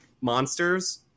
Monsters